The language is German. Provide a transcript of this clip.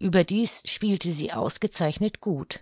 ueberdies spielte sie ausgezeichnet gut